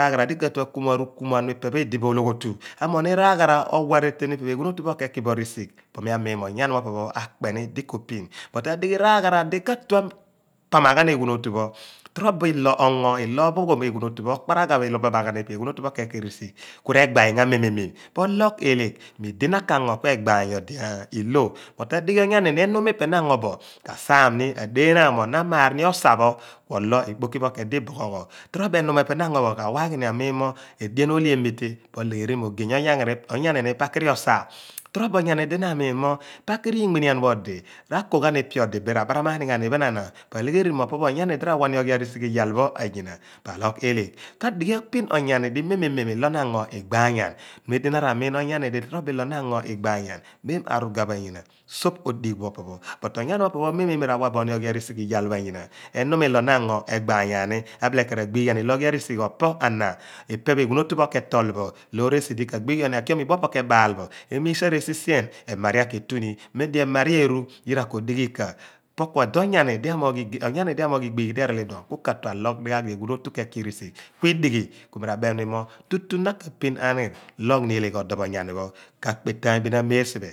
ragharah di katue akumuan r'ukumuan pho ipe pho edibo ologhotu amoogh raghara owa areteen pho ipe pho eghuun otu pho ke ki bo risigh po mua miin ni mi onyani pho opo pho akpeni dikopin buy adighi raghara dikatue apamaghan eghum otu pho tro bo ilo ongo ilo pho ghon eghuun otu pho ilo okparagha ophamaghan io eghuun otupho ke ki riisigh kure gbaayaan ghan mee mee meem phọ loọgh eelegh mo idi na kango oue gbaayaan ilo ut adighi onyanini enuum mi pe na onnor amaar ri osa pho oui ikpoki pho kuedi iboghọ ghọ tro bo enuum mo epe na ango bo kawaagini amiin mo edien oolhe emitee polegheri mo ogey onyani ni pakiri osa tro bo onyani di na a miin mo pakiri inmeenian pho r'ako ghan ioe odi bin ra baraam ghan ni iphen anapo alegheri mo opo pho onyanidi rawaa ghan oghiarisighi pho iyaal pho an yina po aloogh eeligh ka digi a pin onyani di mee mee meem ilo di na ango igbaayan memdu na ramiin iphen pho pa aruga pho anyina soorp odigh pho opo pho. But onyani pho opo pho ra wa booni oghia risigh pho iyaal pho anyina enum ilo nango egba ataan ni abilee kieen raghiighi ghan ilo oghi arisigh pho ana ipe pho eghun otipho ketool bo loor esi di ka ghighuan ni akiom ioe idue pho opo kebaal bo eni sien emaaria ke tueni etuu mem di emaria eru yira kodi ighi bikha opoh kọ dọ onyani di onyani di amoogh igbiighi dierool idpho ku katue aloogh dighaag di eghuun otu ke ki risighi ku idighi ku mi rabeemni mo tutu na ka pin aniir loogh ni eeliegh odo pho onyani pho kapetaan bin a mael siphe